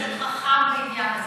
הצבא צריך להיות חכם בעניין הזה,